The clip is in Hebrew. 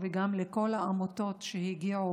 וגם לכל העמותות שהגיעו,